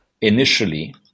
initially